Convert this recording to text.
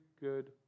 good